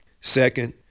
Second